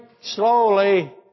slowly